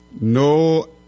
No